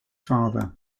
father